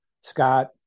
Scott